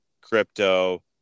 crypto